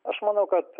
aš manau kad